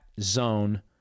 zone